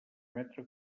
metre